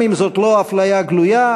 גם אם זאת לא אפליה גלויה,